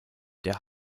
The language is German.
der